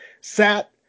sat